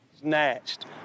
Snatched